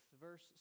Verse